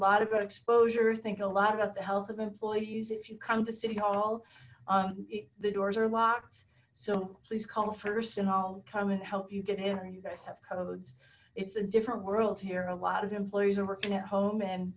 about exposure think a lot about the health of employees if you come to city hall the doors are locked so please call first and i'll come and help you get in or you guys have codes it's a different world here a lot of employees are working at home and